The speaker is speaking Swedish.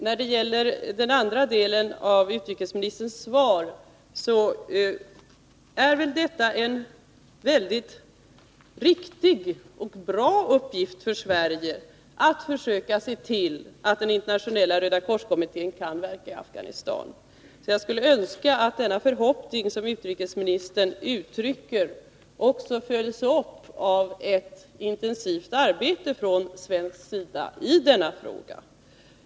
När det gäller den andra delen av utrikesministerns svar är det väl en riktig och bra uppgift för Sverige att försöka se till att Internationella rödakorskommittén kan verka i Afghanistan. Jag skulle önska att den förhoppning som utrikesministern uttrycker också följs upp av ett intensivt arbete från svensk sida i denna fråga.